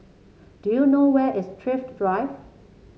do you know where is Thrift Drive